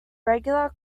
regular